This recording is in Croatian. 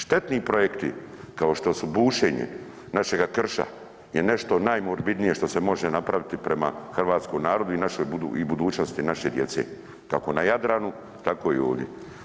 Štetni projekti kao što su bušenje našega krša je nešto najmorbidnije što se može napraviti prema hrvatskom narodu i budućnosti naše djece kako na Jadranu, tako i ovdje.